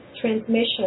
transmission